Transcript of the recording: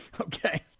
Okay